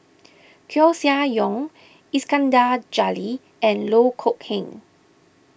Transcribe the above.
Koeh Sia Yong Iskandar Jalil and Loh Kok Heng